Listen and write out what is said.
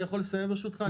אני יכול לסיים ברשותך?